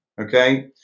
Okay